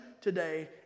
today